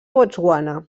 botswana